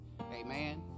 Amen